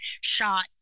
shot